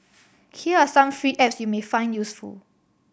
here are some free apps you may find useful